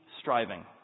striving